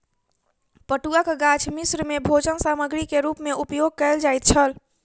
पटुआक गाछ मिस्र में भोजन सामग्री के रूप में उपयोग कयल जाइत छल